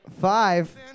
five